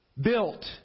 built